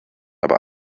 aber